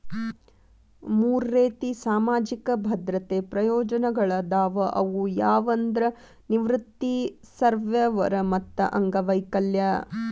ಮೂರ್ ರೇತಿ ಸಾಮಾಜಿಕ ಭದ್ರತೆ ಪ್ರಯೋಜನಗಳಾದವ ಅವು ಯಾವಂದ್ರ ನಿವೃತ್ತಿ ಸರ್ವ್ಯವರ್ ಮತ್ತ ಅಂಗವೈಕಲ್ಯ